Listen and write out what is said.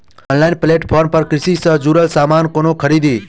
Online platform पर कृषि सँ जुड़ल समान कोना खरीदी?